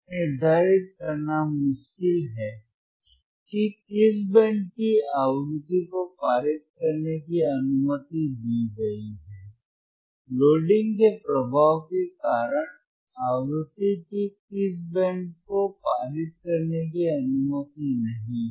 यह निर्धारित करना मुश्किल है कि किस बैंड की आवृत्ति को पारित करने की अनुमति दी गई है लोडिंग के प्रभाव के कारण आवृत्ति के किस बैंड को पारित करने की अनुमति नहीं है